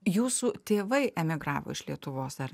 jūsų tėvai emigravo iš lietuvos ar